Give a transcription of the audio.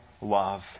love